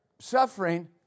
suffering